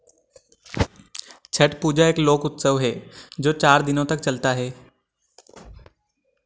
छठ पूजा एक लोक उत्सव है जो चार दिनों तक चलता है